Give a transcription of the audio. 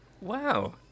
Wow